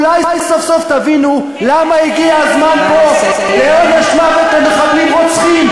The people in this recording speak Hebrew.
אולי סוף-סוף תבינו למה הגיע הזמן פה לעונש מוות למחבלים רוצחים,